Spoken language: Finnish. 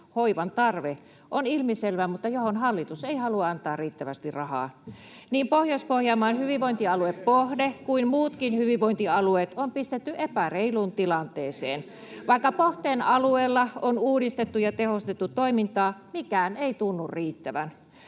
hoivan tarve on ilmiselvä, mutta johon hallitus ei halua antaa riittävästi rahaa. Niin Pohjois-Pohjanmaan hyvinvointialue Pohde kuin muutkin hyvinvointialueet on pistetty epäreiluun tilanteeseen. Vaikka Pohteen alueella on uudistettu ja tehostettu toimintaa, mikään ei tunnu riittävän.